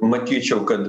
matyčiau kad